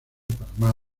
panamá